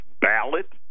ballot